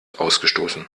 ausgestoßen